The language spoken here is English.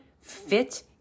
fit